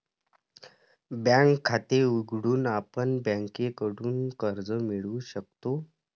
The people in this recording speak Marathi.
बँक खाते उघडून आपण बँकेकडून कर्ज मिळवू शकतो